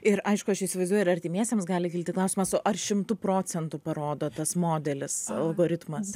ir aišku aš įsivaizduoju ir artimiesiems gali kilti klausimas o ar šimtu procentu parodo tas modelis algoritmas